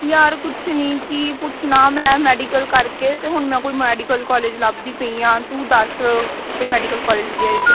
ਯਾਰ ਕੁਛ ਨਹੀਂ ਕੀ ਪੁੱਛਣਾ ਮੈਂ ਮੈਡੀਕਲ ਕਰਕੇ ਅਤੇ ਹੁਣ ਮੈਂ ਕੋਈ ਮੈਡੀਕਲ ਕੋਲਜ ਲੱਭਦੀ ਪਈ ਹਾਂ ਤੂੰ ਦੱਸ ਕੋਈ ਮੈਡੀਕਲ ਕੋਲਜ ਵਧੀਆ ਜਿਹਾ